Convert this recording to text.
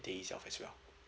day itself as well